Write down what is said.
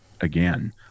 again